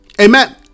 amen